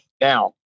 Now